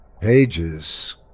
Pages